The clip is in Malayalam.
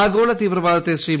ആഗോള തീവ്രവാദത്തെ ശ്രീ